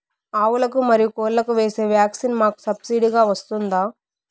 ఆవులకు, మరియు కోళ్లకు వేసే వ్యాక్సిన్ మాకు సబ్సిడి గా వస్తుందా?